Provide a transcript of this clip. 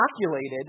inoculated